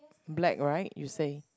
black right you say